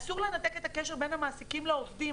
אסור לנתק את הקשר בין המעסיקים לעובדים.